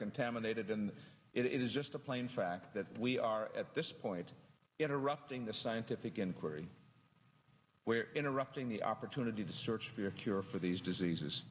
contaminated and it is just a plain fact that we are at this point interrupting the scientific inquiry where interrupting the opportunity to search for your cure for these diseases